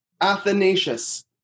Athanasius